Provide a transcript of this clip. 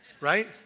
right